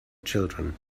children